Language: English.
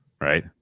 right